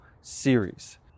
series